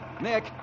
Nick